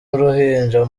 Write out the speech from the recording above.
uruhinja